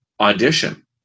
audition